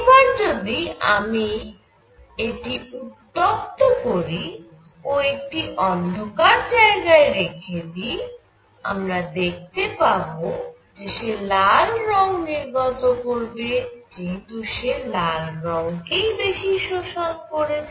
এবার যদি এটি আমি উত্তপ্ত করি ও একটি অন্ধকার জায়গায় রেখে দিই আমরা দেখতে পাবো যে সে লাল রঙ নির্গত করবে যেহেতু সে লাল রঙ কেই বেশি শোষণ করেছিল